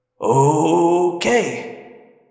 Okay